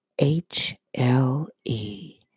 HLE